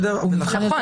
נכון.